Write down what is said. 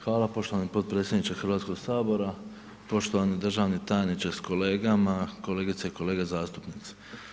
Hvala poštovani potpredsjedniče Hrvatskoga sabora, poštovani državni tajniče sa kolegama, kolegice i kolege zastupnici.